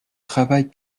travail